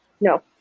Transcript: No